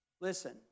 Listen